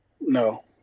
No